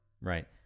Right